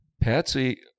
Patsy